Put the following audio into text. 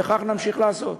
וכך נמשיך לעשות.